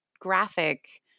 graphic